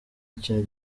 ikintu